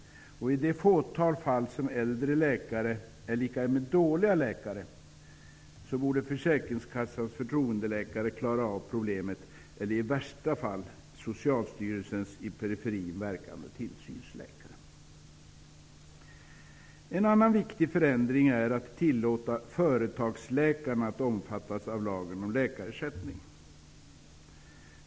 I det fåtal fall där äldre läkare är lika med dåliga läkare borde Försäkringskassans förtroendeläkare klara av problemet, eller i värsta fall Socialstyrelsens i periferin verkande tillsynsläkare. En annan viktig förändring är att tillåta företagsläkarna omfattas av lagen om läkarersättning.